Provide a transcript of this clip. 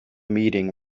meeting